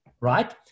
right